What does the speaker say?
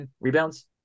rebounds